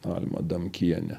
alma adamkienė